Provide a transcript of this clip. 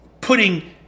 putting